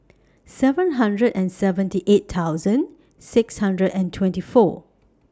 seven hundred and seventy eight thousand six hundred and twenty four